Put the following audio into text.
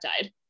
died